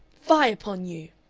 fie upon you!